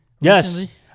Yes